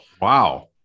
Wow